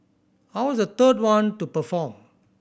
I was the third one to perform